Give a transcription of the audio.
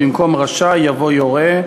במקום "רשאי" יבוא "יורה",